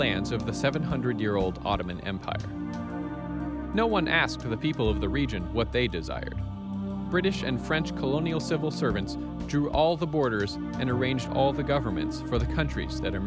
lands of the seven hundred year old ottoman empire no one asked to the people of the region what they desired british and french colonial civil servant to all the borders and arranged all the governments for the countries that